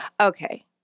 Okay